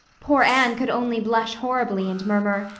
poor anne could only blush horribly and murmur,